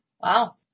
Wow